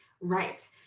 Right